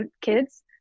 kids